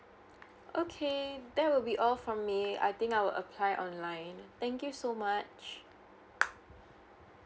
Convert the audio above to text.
okay that will be all from me I think I will apply online thank you so much